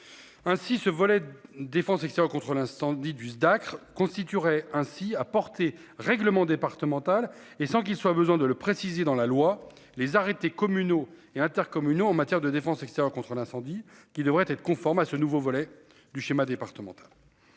Ainsi ce volet défense etc contre l'incendie du Dacr constituerait ainsi à porter règlement départemental et sans qu'il soit besoin de le préciser dans la loi les arrêtés communaux et intercommunaux en matière de défense extérieure contre l'incendie qui devraient être conforme à ce nouveau volet du schéma départemental.